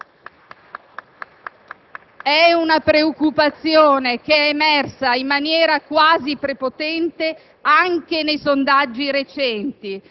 Allora, non possiamo applicare la facile equazione «immigrazione facile uguale integrazione immediata».